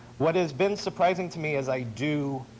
what has been surprising to me as i do